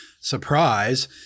surprise